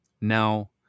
now